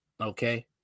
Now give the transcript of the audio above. Okay